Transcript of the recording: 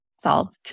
solve